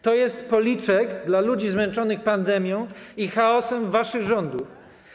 To jest policzek dla ludzi zmęczonych pandemią i chaosem waszych rządów.